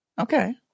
Okay